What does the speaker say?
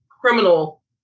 criminal